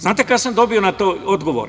Znate kad sam dobio na to odgovor?